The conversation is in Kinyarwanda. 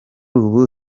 ubu